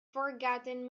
forgotten